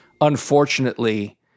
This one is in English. unfortunately